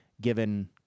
given